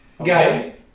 Okay